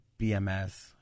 BMS